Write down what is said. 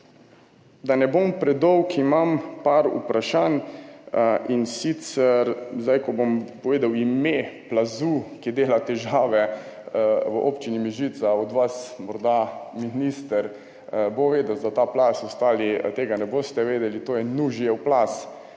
Da ne bom predolg, imam par vprašanj, in sicer, zdaj, ko bom povedal ime plazu, ki dela težave v občini Mežica, od vas, morda bo minister vedel za ta plaz, ostali tega ne boste vedeli, to je Nužijev plaz,